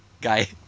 guy